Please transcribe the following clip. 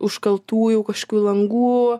užkaltų jau kažkokių langų